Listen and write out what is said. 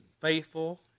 faithful